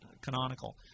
canonical